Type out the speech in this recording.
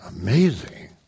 Amazing